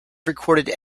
recorded